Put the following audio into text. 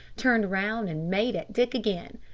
turned round and made at dick again.